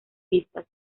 vistas